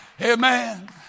Amen